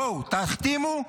בואו, תחתימו.